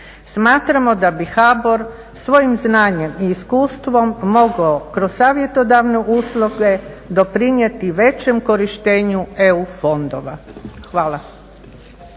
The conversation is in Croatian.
Smatramo da bi HBOR svojim znanjem i iskustvo mogao kroz savjetodavne usluge doprinijeti većem korištenju EU fondova. Hvala.